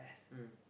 mm